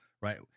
right